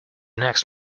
next